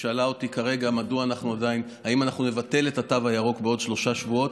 ששאלה אותי כרגע אם אנחנו נבטל את התו הירוק בעוד שלושה שבועות.